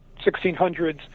1600s